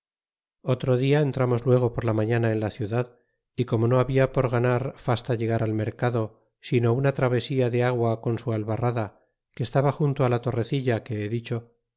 otro dia entramos lia go por la maiiaus en la ciudad y como o no habla por ganar fasta llegar al mercado sino una travesia de agua con sil albarrada que estaba junto la torrecita que he dicho